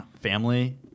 family